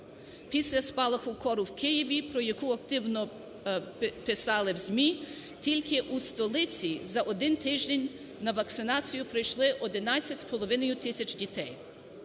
Після спалаху кору в Києві, про яку активно писали в ЗМІ, тільки у столиці за один тиждень на вакцинацію прийшли 11,5 тисяч дітей.